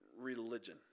religion